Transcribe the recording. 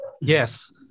Yes